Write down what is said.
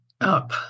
up